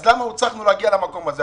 אז למה הוצרכנו להגיע למקום הזה?